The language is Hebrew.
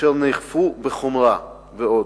אשר נאכפו בחומרה, ועוד.